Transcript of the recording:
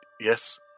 yes